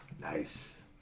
Nice